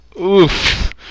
Oof